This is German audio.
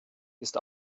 ist